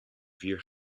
vier